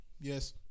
Yes